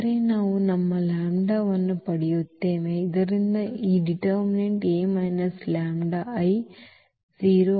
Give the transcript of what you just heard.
ಆದರೆ ನಾವು ನಮ್ಮ ಲ್ಯಾಂಬ್ಡಾವನ್ನು ಪಡೆಯುತ್ತೇವೆ ಇದರಿಂದ ಈ ನಿರ್ಣಾಯಕ A λI 0